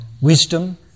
Wisdom